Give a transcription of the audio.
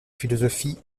philosophie